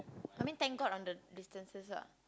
I mean thank god on the distances lah